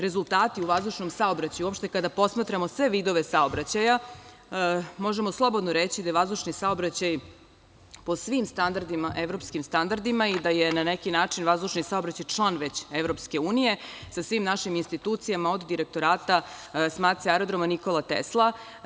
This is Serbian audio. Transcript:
Rezultati u vazdušnom saobraćaju, uopšte kada posmatramo sve vidove saobraćaja, možemo slobodno reći da je vazdušni saobraćaj po svim evropskim standardima i da je na neki način vazdušni saobraćaj član već Evropske unije sa svim našim institucijama, od direktorata Aerodroma „Nikola Tesla“